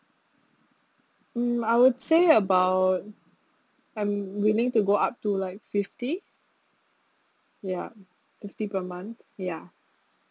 hmm I would say about I'm willing to go up to like fifty ya fifty per month ya